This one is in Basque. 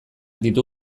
ditu